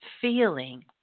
feeling